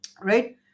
Right